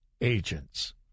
agents